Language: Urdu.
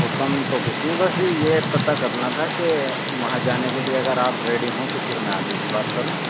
حکم تو کچھ نہیں بس یہ پتہ کرنا تھا کہ وہاں جانے کے لیے اگر آپ ریڈی ہوں تو پھر میں آگے کی بات کروں